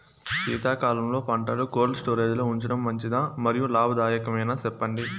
శీతాకాలంలో పంటలు cold storage లో ఉంచడం మంచిదా? మరియు లాభదాయకమేనా, సెప్పండి